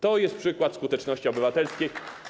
To jest przykład skuteczności obywatelskiej.